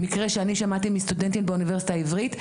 מקרה שאני שמעתי מסטודנטים מאוניברסיטה העברית,